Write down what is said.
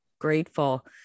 grateful